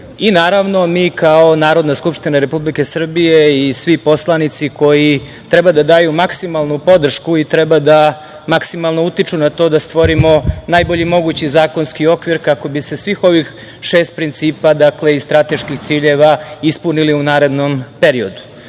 i naravno mi kao Narodna skupština Republike Srbije i svi poslanici koji treba da daju maksimalnu podršku i treba da maksimalno utiču na to da stvorimo najbolji mogući zakonski okvir kako bi se svih ovih šest principa i strateških ciljeva ispunili u narednom periodu. Ono